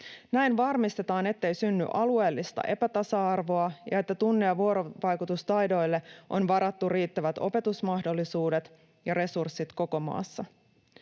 Näin varmistetaan, ettei synny alueellista epätasa-arvoa ja että tunne‑ ja vuorovaikutustaidoille on varattu riittävät opetusmahdollisuudet ja resurssit koko maassa.